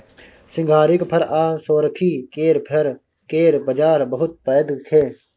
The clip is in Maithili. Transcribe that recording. सिंघारिक फर आ सोरखी केर फर केर बजार बहुत पैघ छै